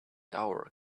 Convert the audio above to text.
hour